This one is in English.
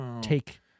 take